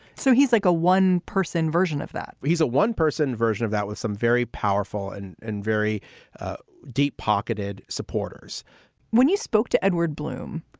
so he's like a one person version of that. he's a one person version of that with some very powerful and and very deep pocketed supporters when you spoke to edward blum,